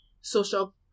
social